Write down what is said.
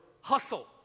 hustle